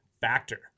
Factor